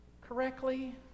correctly